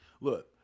Look